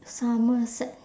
somerset